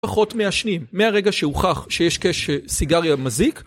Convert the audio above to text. פחות מעשנים מהרגע שהוכח שיש קשר סיגריה מזיק